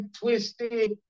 twisted